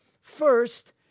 First